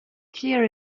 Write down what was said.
clear